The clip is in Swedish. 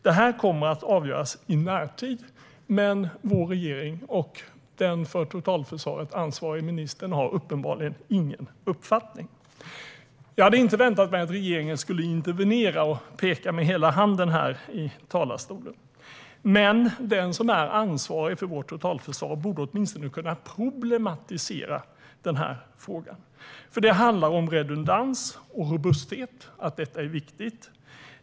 Detta kommer att avgöras i närtid, men vår regering och den för totalförsvaret ansvarige ministern har uppenbarligen ingen uppfattning. Jag hade inte väntat mig att regeringen skulle intervenera och peka med hela handen här i talarstolen. Men den som är ansvarig för vårt totalförsvar borde åtminstone kunna problematisera denna fråga. Det handlar om redundans och robusthet - att detta är viktigt.